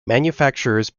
manufacturers